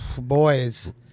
boys